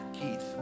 keith